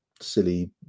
silly